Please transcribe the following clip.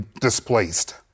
displaced